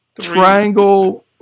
triangle